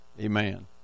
Amen